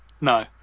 No